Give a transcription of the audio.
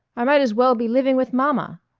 i might as well be living with mama.